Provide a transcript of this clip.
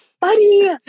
buddy